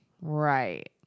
Right